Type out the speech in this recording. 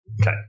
Okay